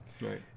Right